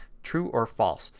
true or false.